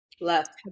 left